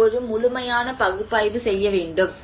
ஒரு முழுமையான பகுப்பாய்வு செய்யப்பட வேண்டும்